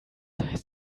heißt